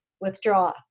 withdraw